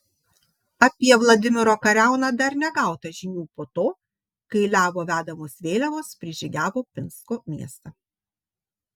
apie vladimiro kariauną dar negauta žinių po to kai levo vedamos vėliavos prižygiavo pinsko miestą